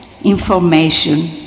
information